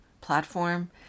platform